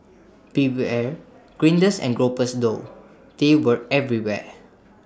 beware grinders and gropers though they were everywhere